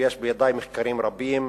ויש בידי מחקרים רבים,